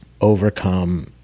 overcome